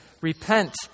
Repent